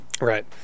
Right